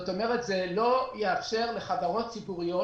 מה שאומר שזה לא יאפשר לחברות ציבוריות